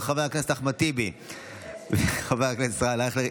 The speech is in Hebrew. של חבר הכנסת אחמד טיבי וחבר הכנסת ישראל אייכלר,